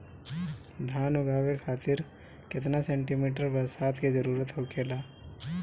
धान उगावे खातिर केतना सेंटीमीटर बरसात के जरूरत होखेला?